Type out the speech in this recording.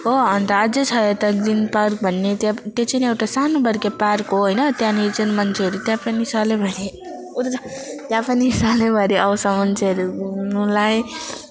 हो अन्त अझ छ यता जिन पार्क भन्ने त्यो त्यो चाहिँ एउटा सानोबडे पार्क हो होइन त्यहाँनेरि चाहिँ मान्छेहरू त्यहाँ पनि सालभरि त्यहाँ पनि सालभरि आउँछ मान्छेहरू घुम्नुलाई